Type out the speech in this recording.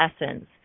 essence